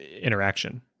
interaction